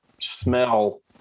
smell